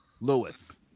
Lewis